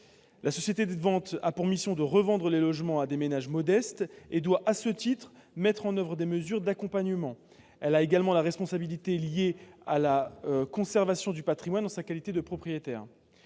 La société de vente a pour mission de revendre les logements à des ménages modestes et doit, à ce titre, mettre en oeuvre des mesures d'accompagnement ; elle a également des responsabilités liées à la conservation du patrimoine en sa qualité de propriétaire.